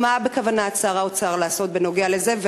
מה בכוונת שר האוצר לעשות בנוגע לזה,